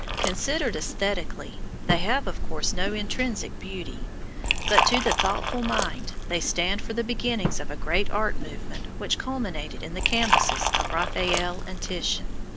considered aesthetically, they have of course no intrinsic beauty but to the thoughtful mind they stand for the beginnings of a great art movement which culminated in the canvases of raphael and titian.